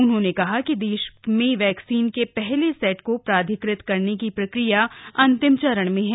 उन्होंने कहा कि देश में वैक्सीन के पहले सेट को प्राधिकृत करने की प्रक्रिया अंतिम चरण में है